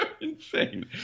insane